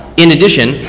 in addition,